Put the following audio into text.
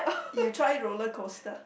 you try roller coaster